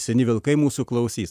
seni vilkai mūsų klausys